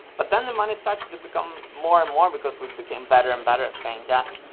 but then the money started to become more and more, because we became better and better at playing jazz.